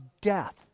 death